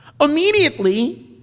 immediately